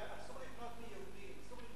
זה שאסור לקנות מיהודי?